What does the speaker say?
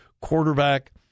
quarterback